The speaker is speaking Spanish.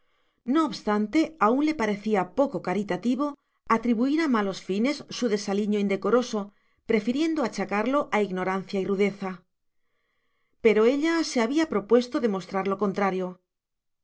no obstante aún le parecía poco caritativo atribuir a malos fines su desaliño indecoroso prefiriendo achacarlo a ignorancia y rudeza pero ella se había propuesto demostrar lo contrario